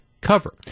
cover